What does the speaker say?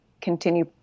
continue